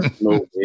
no